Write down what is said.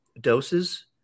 doses